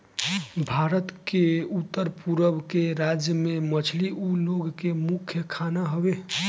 भारत के उत्तर पूरब के राज्य में मछली उ लोग के मुख्य खाना हवे